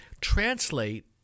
translate